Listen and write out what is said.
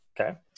Okay